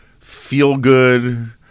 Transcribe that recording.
feel-good